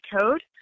code